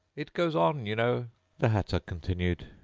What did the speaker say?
it goes on, you know the hatter continued,